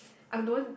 I'm known